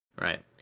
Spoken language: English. Right